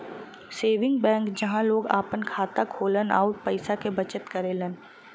saving bank जहां लोग आपन खाता खोलन आउर पैसा क बचत करलन